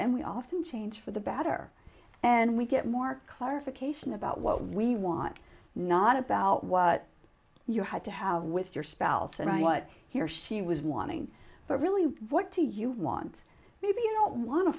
and we often change for the better and we get more clarification about what we want not about what you had to have with your spells and what he or she was wanting but really what do you want maybe